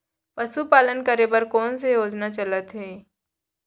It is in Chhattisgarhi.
पशुपालन करे बर कोन से योजना चलत हे?